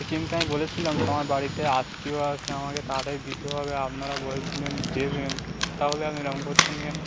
কিন্তু আমি বলেছিলাম তোমার বাড়িতে আত্মীয় আসবে আমাকে তাড়াতাড়ি দিতে হবে আপনারা বলেছিলেন দেবেন তাহলে আপনি এরকম করছেন কেন